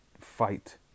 fight